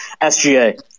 SGA